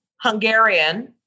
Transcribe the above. Hungarian